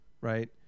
right